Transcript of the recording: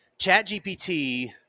ChatGPT